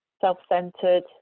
self-centered